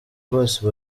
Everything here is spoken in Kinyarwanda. rwose